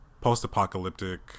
post-apocalyptic